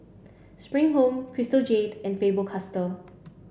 Spring Home Crystal Jade and Faber Castell